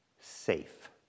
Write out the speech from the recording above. safe